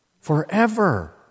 Forever